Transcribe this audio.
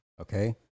Okay